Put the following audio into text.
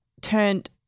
turned